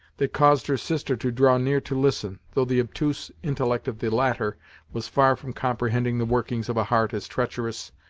that caused her sister to draw near to listen, though the obtuse intellect of the latter was far from comprehending the workings of a heart as treacherous,